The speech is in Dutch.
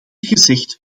gezegd